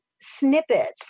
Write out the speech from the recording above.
snippets